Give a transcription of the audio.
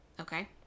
Okay